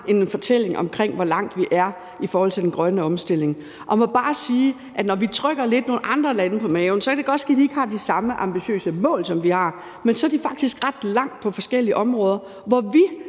har en fortælling omkring, hvor langt vi er i forhold til den grønne omstilling. Jeg må bare sige, at når vi trykker nogle andre lande lidt på maven, så kan det godt ske, at de ikke har de samme ambitiøse mål, som vi har, men så er de faktisk ret langt på forskellige områder, hvor vi